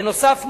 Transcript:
בנוסף,